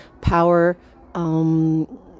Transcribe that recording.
power